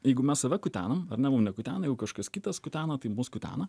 jeigu mes save kutenam ar ne mum nekutena jeigu kažkas kitas kutena na tai mus kutena